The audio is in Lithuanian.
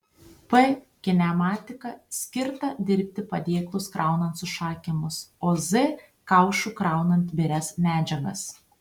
p kinematika skirta dirbti padėklus kraunant su šakėmis o z kaušu kraunant birias medžiagas